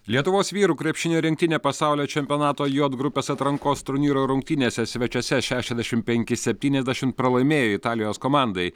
lietuvos vyrų krepšinio rinktinė pasaulio čempionato jot grupės atrankos turnyro rungtynėse svečiuose šešiasdešimt penki septyniasdešimt pralaimėjo italijos komandai